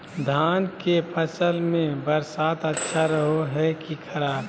धान के फसल में बरसात अच्छा रहो है कि खराब?